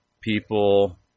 people